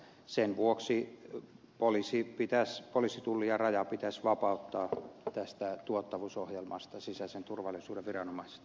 sen vuoksi poliisi tulli ja raja pitäisi vapauttaa tästä tuottavuusohjelmasta sisäisen turvallisuuden viranomaiset